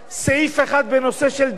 סעיף אחד בנושא של דת יהודית,